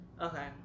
Okay